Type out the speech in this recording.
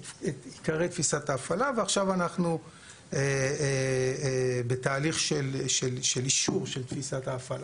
את עיקרי תפיסת ההפעלה ועכשיו אנחנו בתהליך של אישור של תפיסת ההפעלה,